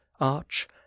arch